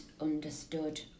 understood